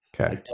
Okay